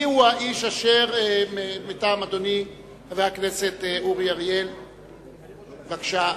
חבר הכנסת אורי אריאל, בבקשה.